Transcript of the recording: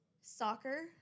soccer